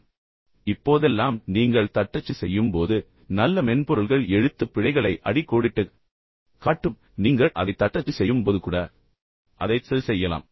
உண்மையில் இப்போதெல்லாம் நீங்கள் தட்டச்சு செய்யும் போது நல்ல மென்பொருள்கள் எழுத்துப்பிழைகளை அடிக்கோடிட்டுக் காட்டும் பின்னர் நீங்கள் அதைத் தட்டச்சு செய்யும் போது கூட அதைச் சரிசெய்யலாம்